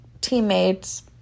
teammates